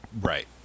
Right